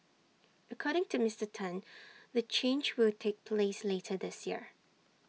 according to Mister Tan the change will take place later this year